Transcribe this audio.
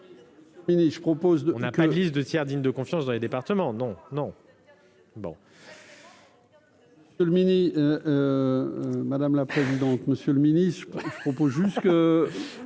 on n'a pas de liste des tiers dignes de confiance dans les départements. Une